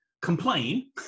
complain